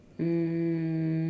um